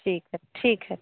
ठीक है ठीक है